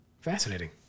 Fascinating